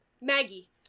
Maggie